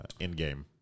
Endgame